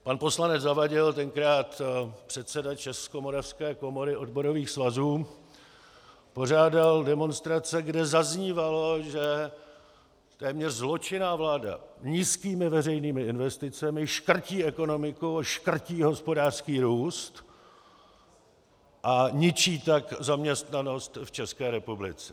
Pan poslanec Zavadil, tenkrát předseda Českomoravské komory odborových svazů, pořádal demonstrace, kde zaznívalo, že téměř zločinná vláda nízkými veřejnými investicemi škrtí ekonomiku, škrtí hospodářský růst, a ničí tak zaměstnanost v České republice.